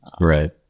right